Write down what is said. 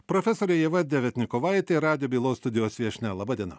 profesorė ieva deviatnikovaitė radijo bylos studijos viešnia laba diena